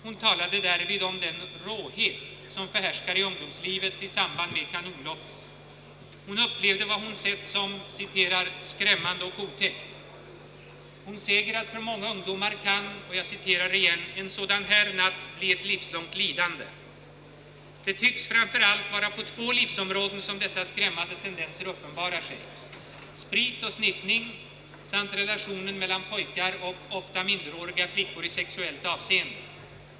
Hon talade därvid om den råhet, som förhärskar i ungdomslivet i samband med Kanonloppet. Hon upplevde vad hon sett som »skrämmande och otäckt». Hon säger, att för många ungdomar kan »en sådan här natt bli ett livslångt lidande». Det tycks framför allt vara på två livsområden som dessa skrämmande tendenser uppenbarar sig: sprit och sniffning samt relationen mellan pojkar och — ofta minderåriga — flickor i sexuellt avseende.